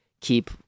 keep